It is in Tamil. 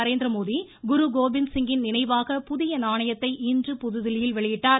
நரேந்திரமோடி குரு கோபிந்த் சிங்கின் நினைவாக புதிய நாணயத்தை இன்று புதுதில்லியில் வெளியிட்டார்